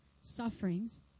sufferings